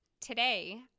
Today